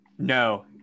no